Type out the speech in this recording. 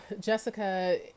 Jessica